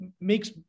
makes